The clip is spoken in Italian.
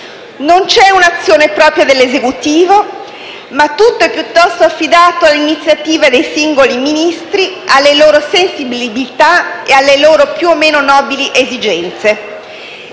Non c'è un'azione propria dell'Esecutivo, ma tutto è piuttosto affidato all'iniziativa dei singoli Ministri, alle loro sensibilità e alle loro più o meno nobili esigenze.